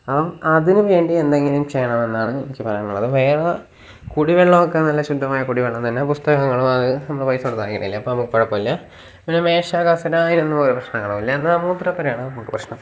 അതിന് വേണ്ടി എന്തെങ്കിലും ചെയ്യണം എന്നാണ് എനിക്ക് പറയാനുള്ളത് അത് വേറെ കുടിവെള്ളമൊക്കെ നല്ല ശുദ്ധമായ കുടിവെള്ളം തന്നെ പുസ്തകങ്ങളും അത് നമ്മൾ പൈസ കൊടുത്ത് വാങ്ങിക്കുന്നത് അല്ലേ അപ്പോൾ നമുക്ക് കുഴപ്പം ഇല്ല പിന്നെ മേശ കസേര അതിനൊന്നും ഒരു പ്രശ്നങ്ങളും ഇല്ല എന്നാൽ മൂത്രപ്പുരയാണ് നമുക്ക് പ്രശ്നം